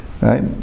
right